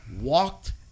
walked